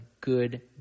good